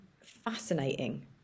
fascinating